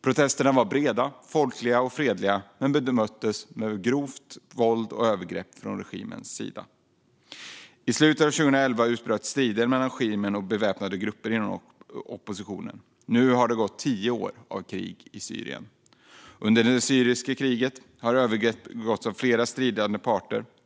Protesterna var breda, folkliga och fredliga, men bemöttes med grovt våld och övergrepp från regimens sida. I slutet av 2011 utbröt strider mellan regimen och beväpnade grupper inom oppositionen. Nu har det gått tio år av krig i Syrien. Under det syriska kriget har övergrepp begåtts av flera stridande parter.